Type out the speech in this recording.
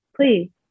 Please